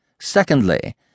Secondly